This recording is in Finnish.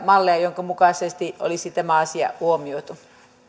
malleja jonka mukaisesti olisi tämä asia huomioitu